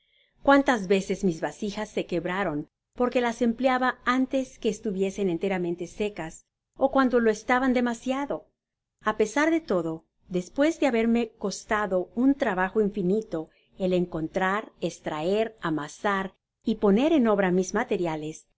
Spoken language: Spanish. cuántas veces mis vasijas se quebraron porque las empleaba antes que estuviesen enteramente seca's ó cuando lo estaban demasiadol a pesar de todo despues de haberme costado un trabajo infinito el encontrar estraer amasar y poner en obra mis materiales